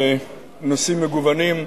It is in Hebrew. בנושאים מגוונים.